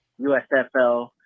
USFL